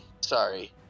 Sorry